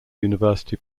university